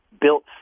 built